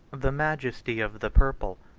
the majesty of the purple,